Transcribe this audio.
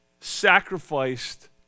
sacrificed